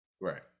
Right